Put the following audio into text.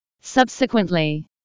Subsequently